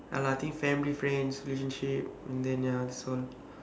ya lah I think family friends relationship and then ya that's all